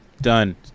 Done